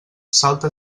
salta